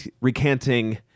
recanting